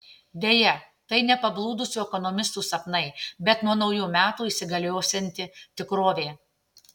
deja tai ne pablūdusių ekonomistų sapnai bet nuo naujų metų įsigaliosianti tikrovė